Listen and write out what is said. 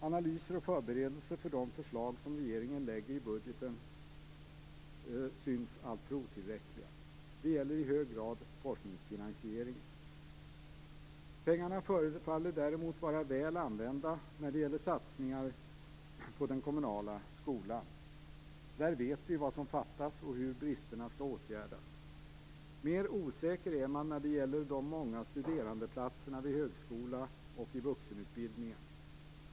Analyser och förberedelser för de förslag som regeringen lägger fram i budgeten syns alltför otillräckliga. Det gäller i hög grad forskningsfinansieringen. Pengarna förefaller däremot vara väl använda när det gäller satsningar på den kommunala skolan. Där vet vi vad som fattas och hur bristerna skall åtgärdas. Mer osäker är man när det gäller de många studerandeplatserna vid högskolan och i vuxenutbildningen.